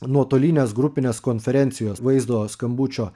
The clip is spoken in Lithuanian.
nuotolinės grupinės konferencijos vaizdo skambučio